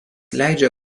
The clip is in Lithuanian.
leidžia